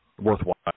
worthwhile